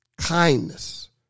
kindness